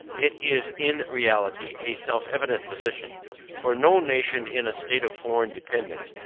it is in reality a self-evident position for no nation in a state of foreign dependance,